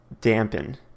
dampen